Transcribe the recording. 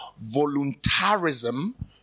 voluntarism